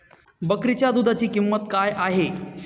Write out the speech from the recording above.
बकरीच्या दूधाची किंमत काय आहे?